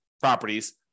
properties